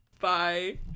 Bye